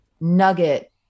nugget